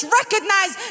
recognize